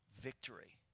victory